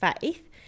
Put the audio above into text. faith